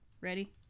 Ready